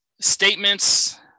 statements